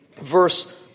verse